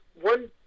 one